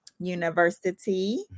University